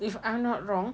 if I'm not wrong